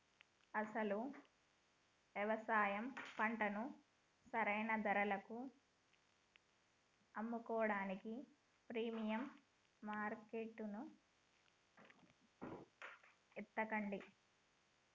అసలు యవసాయ పంటను సరైన ధరలకు అమ్ముకోడానికి ప్రీమియం మార్కేట్టును ఎతకండి